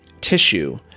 tissue